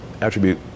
attribute